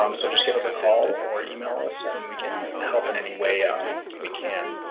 um so just give us a call or email us and we can help in any way we can.